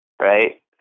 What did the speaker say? Right